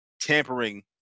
tampering